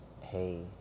hey